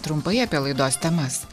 trumpai apie laidos temas